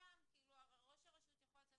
ראש הרשות,